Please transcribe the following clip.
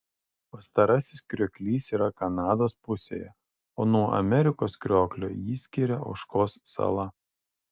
pastarasis krioklys yra kanados pusėje o nuo amerikos krioklio jį skiria ožkos sala